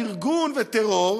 וארגון וטרור,